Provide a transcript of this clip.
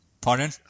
Pardon